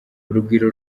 urugwiro